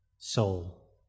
Soul